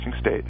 state